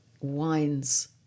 wines